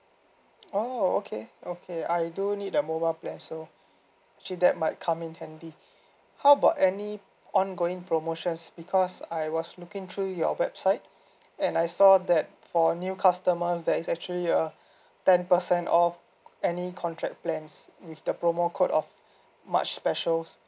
oh okay okay I do need the mobile plan so actually that might come in handy how about any ongoing promotions because I was looking through your website and I saw that for new customers there is actually a ten percent off any contract plans with the promo code of march specials